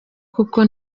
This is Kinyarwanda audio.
kuko